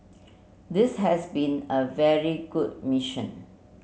this has been a very good mission